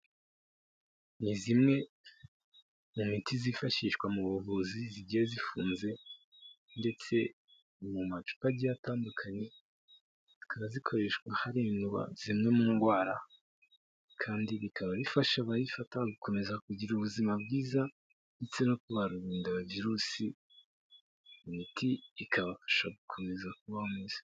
Ni zimwe mu miti zifashishwa mu buvuzi zigiye zifunze ndetse mu macupa agiye atandukanye, zikaba zikoreshwa harindwa zimwe mu ndwara kandi bikaba bifasha abayifata gukomeza kugira ubuzima bwiza ndetse no kubarinda Virusi, imiti ikabafasha gukomeza kubaho neza.